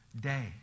day